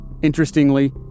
Interestingly